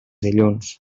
dilluns